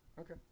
Okay